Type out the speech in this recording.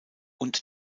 und